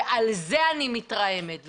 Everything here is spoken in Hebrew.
על זה אני מתרעמת.